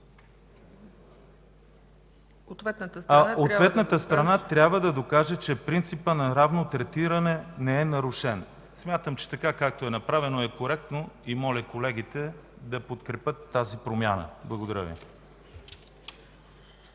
ответната страна трябва да докаже, че принципът на равно третиране не е нарушен.” Смятам, че така, както е направено, е коректно, и моля колегите да подкрепят тази промяна. Благодаря Ви.